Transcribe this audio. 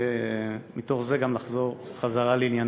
ומתוך זה גם לחזור לענייננו.